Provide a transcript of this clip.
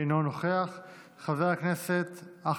חבר הכנסת עלי סלאלחה,